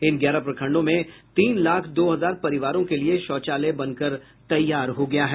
इन ग्यारह प्रखंडों में तीन लाख दो हजार परिवारों के लिए शौचालय बन कर तैयार हो गया है